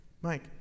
Mike